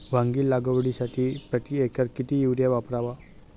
वांगी लागवडीसाठी प्रति एकर किती युरिया वापरावा?